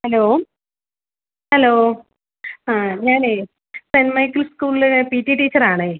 hello hello ആ ഞാനേ Saint Michael's സ്കൂളിലെ പി റ്റി ടീച്ചറാണ്